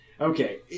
Okay